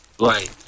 Right